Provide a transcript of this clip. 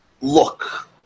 look